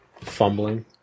fumbling